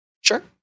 Sure